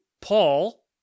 Paul